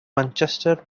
manchester